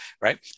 right